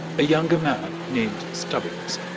a younger man, named stubbings,